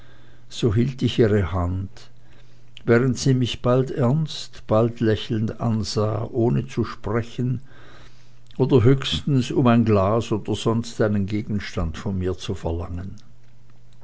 so hielt ich ihre hand während sie mich bald ernst bald lächelnd ansah ohne zu sprechen oder höchstens um ein glas oder sonst einen gegenstand von mir zu verlangen